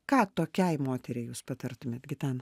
ką tokiai moteriai jūs patartumėt gitana